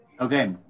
Okay